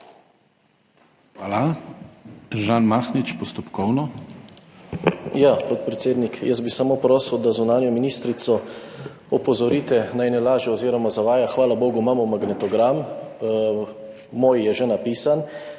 Hvala. Žan Mahnič, postopkovno. **ŽAN MAHNIČ (PS SDS):** Ja, podpredsednik, jaz bi samo prosil, da zunanjo ministrico opozorite, naj ne laže oziroma zavaja. Hvala bogu, imamo magnetogram. Moj je že napisan,